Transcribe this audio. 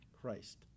Christ